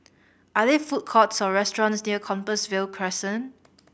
are there food courts or restaurants near Compassvale Crescent